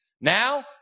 Now